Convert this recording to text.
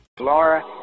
Laura